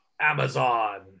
Amazon